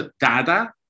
data